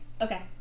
Okay